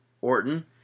Orton